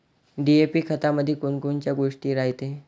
DAP खतामंदी कोनकोनच्या गोष्टी रायते?